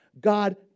God